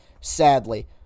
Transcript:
sadly